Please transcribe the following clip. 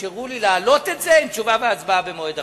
אפשרו לי להעלות את זה עם תשובה והצבעה במועד אחר.